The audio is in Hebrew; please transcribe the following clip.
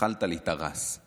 אכלת לי את הראס".